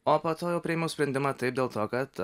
o po to jau priėmiau sprendimą taip dėl to kad